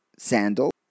sandal